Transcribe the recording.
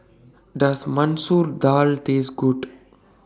Does Masoor Dal Taste Good